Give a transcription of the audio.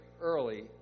early